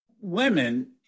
women